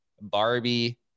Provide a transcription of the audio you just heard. Barbie